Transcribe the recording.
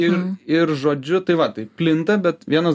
ir ir žodžiu tai va tai plinta bet vienas